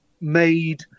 made